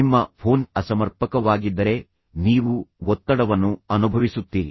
ನಿಮ್ಮ ಫೋನ್ ಅಸಮರ್ಪಕವಾಗಿದ್ದರೆ ನೀವು ಒತ್ತಡವನ್ನು ಅನುಭವಿಸುತ್ತೀರಿ